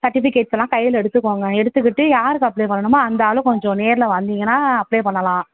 சர்டிஃபிகேட்ஸெலாம் கையில் எடுத்துக்கோங்க எடுத்துக்கிட்டு யாருக்கு அப்ளை பண்ணணுமோ அந்த ஆளும் கொஞ்சம் நேரில் வந்திங்கன்னால் அப்ளை பண்ணலாம்